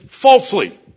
falsely